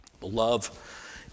Love